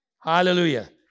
Hallelujah